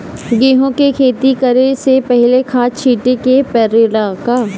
गेहू के खेती करे से पहिले खाद छिटे के परेला का?